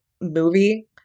movie